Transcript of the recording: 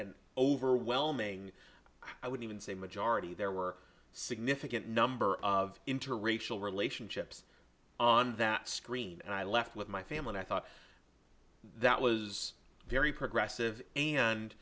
an overwhelming i would even say majority there were significant number of interracial relationships on that screen and i left with my family i thought that was very progressive and